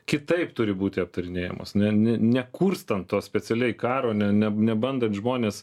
kitaip turi būti aptarinėjamos ne nekurstant to specialiai karo ne ne nebandant žmones